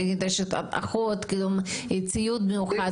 נדרשת אחות, ציוד מיוחד?